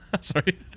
Sorry